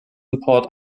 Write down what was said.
import